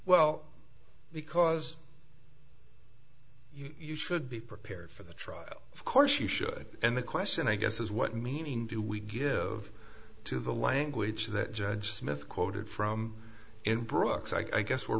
well because you should be prepared for the trial of course you should and the question i guess is what meaning do we give to the language that judge smith quoted from in brooks i guess we're